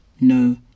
no